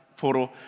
Poro